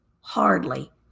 Hardly